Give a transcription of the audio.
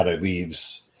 leaves